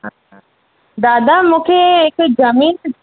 दादा मूंखे हिकु ज़मीन